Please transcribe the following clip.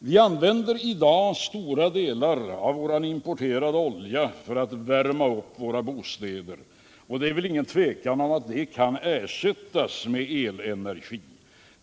Vi använder i dag stora delar av den importerade oljan för att värma upp våra bostäder. Det råder väl inget tvivel om att den oljan kan ersättas med elenergi.